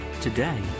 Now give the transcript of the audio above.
Today